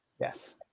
Yes